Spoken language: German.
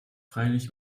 freilich